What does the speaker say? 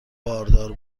باردار